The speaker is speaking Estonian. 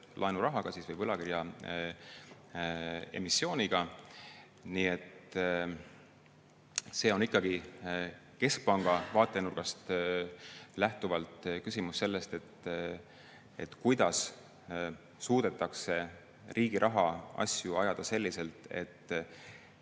laenurahaga või võlakirja emissiooniga. Nii et see on ikkagi keskpanga vaatenurgast lähtuvalt küsimus sellest, kuidas suudetakse riigi rahaasju ajada selliselt, et